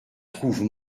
trouve